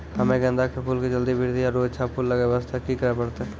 हम्मे गेंदा के फूल के जल्दी बृद्धि आरु अच्छा फूल लगय वास्ते की करे परतै?